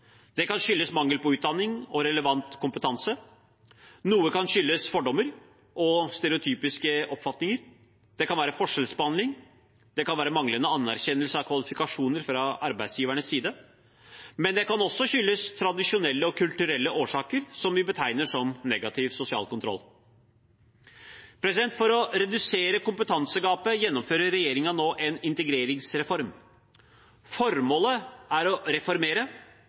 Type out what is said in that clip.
Det kan skyldes mangel på utdanning og relevant kompetanse. Noe kan skyldes fordommer og stereotypiske oppfatninger. Det kan være forskjellsbehandling, det kan være manglende anerkjennelse av kvalifikasjoner fra arbeidsgivernes side, men det kan også skyldes tradisjonelle og kulturelle årsaker som vi betegner som negativ sosial kontroll. For å redusere kompetansegapet gjennomfører regjeringen nå en integreringsreform. Formålet er å reformere